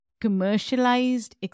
commercialized